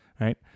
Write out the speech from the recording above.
right